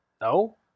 No